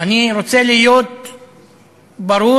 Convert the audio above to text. אני רוצה להיות ברור,